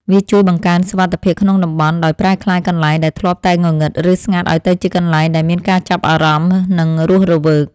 វាជួយបង្កើនសុវត្ថិភាពក្នុងតំបន់ ដោយប្រែក្លាយកន្លែងដែលធ្លាប់តែងងឹត ឬស្ងាត់ឱ្យទៅជាកន្លែងដែលមានការចាប់អារម្មណ៍ និងរស់រវើក។